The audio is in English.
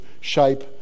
shape